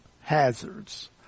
hazards